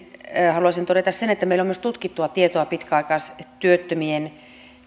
haluaisin todeta senkin että meillä on myös tutkittua tietoa pitkäaikaistyöttömien